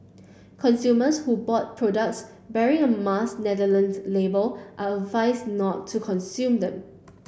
consumers who bought products bearing a Mars Netherlands label are advised not to consume them